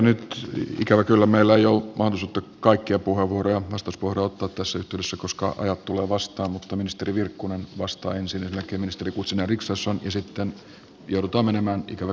nyt ikävä kyllä meillä ei ole mahdollisuutta kaikkia vastauspuheenvuoroja ottaa tässä yhteydessä koska ajat tulevat vastaan mutta ministeri virkkunen vastaa ensin ja sen jälkeen ministeri guzenina richardson ja sitten joudutaan menemään ikävä kyllä puhujalistaan